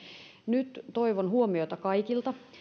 nyt toivon huomiota kaikilta